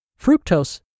Fructose